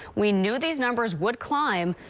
we knew these numbers would climb.